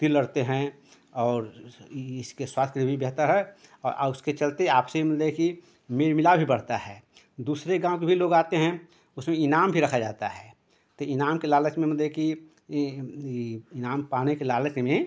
कुश्ती लड़ते हैं और इसके स्वास्थ्य में भी बेहतर है और उसके चलते आपसी मिले कि मेल मिलाप भी बढ़ता है दूसरे गाँव के भी लोग आते हैं उसमें इनाम भी रखा जाता है तो इनाम के लालच में मेले कि इनाम पाने के लालच में